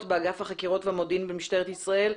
באגף החקירות והמודיעין במשטרת ישראל,